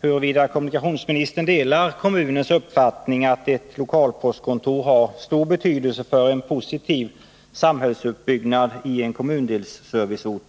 huruvida kommunikationsministern delar kommunens uppfattning att ett lokalpostkontor har stor betydelse för en positiv samhällsuppbyggnad i en kommundelsserviceort.